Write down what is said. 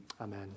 amen